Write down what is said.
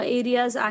areas